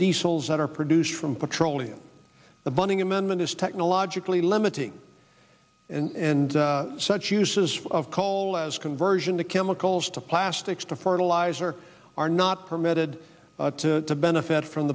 diesels that are produced from petroleum the bunning amendment is technologically limiting and such uses of coal as conversion to chemicals to plastics to fertilizer are not permitted to benefit from